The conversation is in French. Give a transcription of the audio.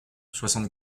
soixante